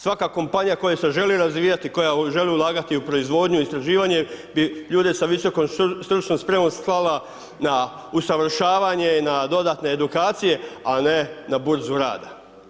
Svaka kompanija koja se želi razvijati, koja želi ulagati u proizvodnju, istraživanje, bi ljude sa visokom stručnom spremom slala na usavršavanje i na dodatne edukacije, a ne na burzu rada.